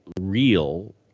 real